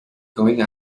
going